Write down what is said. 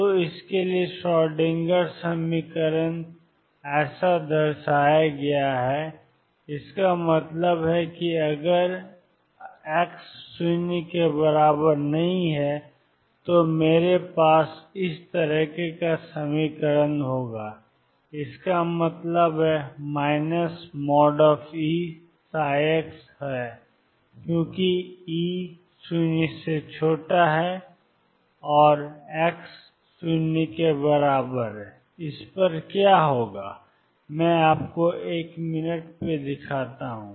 तो इसके लिए श्रोडिंगर समीकरण 22md2xdx2 V0xxEψ और क्या है इसका मतलब है कि अगर x≠0 है तो मेरे पास 22md2xdx2Eψ है और इसका मतलब है Eψ क्योंकि E0 और x0 पर क्या होगा मैं आपको एक मिनट में दिखाता हूं